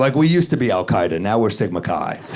like we used to be al-qaeda. now we're sigma chi,